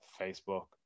facebook